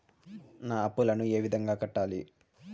నా అప్పులను ఏ విధంగా కట్టాలి?